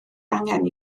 angen